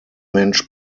mensch